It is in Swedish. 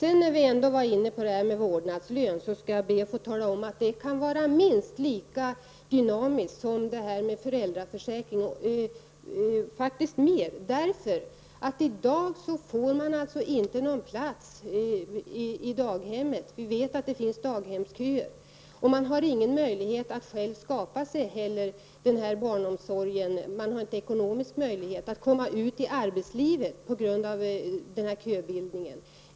Eftersom vi talade om vårdnadslön, skall jag be att få tala om att den kan vara minst lika, ja, faktiskt mer dynamisk än föräldraförsäkringen. I dag går det inte att få någon plats på daghem. Vi vet att det finns daghemsköer. Föräldrar har ingen ekonomisk möjlighet att själva skapa den önskade barnomsorgen, och de har på grund av denna köbildning ingen möjlighet att komma ut i arbetslivet.